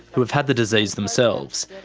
who have had the disease themselves,